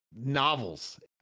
novels